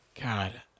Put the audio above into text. God